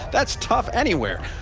that's tough anywhere.